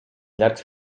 llargs